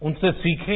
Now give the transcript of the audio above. उनसे सीखें